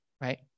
right